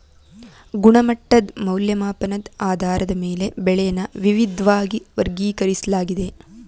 ಗುಣಮಟ್ಟದ್ ಮೌಲ್ಯಮಾಪನದ್ ಆಧಾರದ ಮೇಲೆ ಬೆಳೆನ ವಿವಿದ್ವಾಗಿ ವರ್ಗೀಕರಿಸ್ಲಾಗಿದೆ